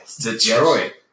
Detroit